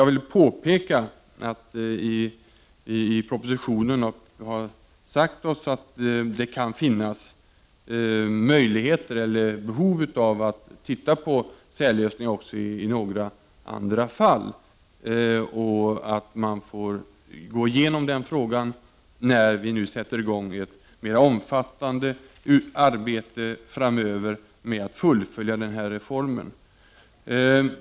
I propositionen säger vi att det kan finnas behov av särlösningar även i några andra fall. Vi får utreda den saken när vi nu sätter i gång ett mer omfattande arbete framöver med att fullfölja den här reformen.